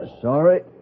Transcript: Sorry